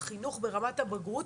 בחינוך ברמת הבגרות.